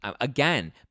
again